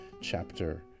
chapter